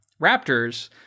raptors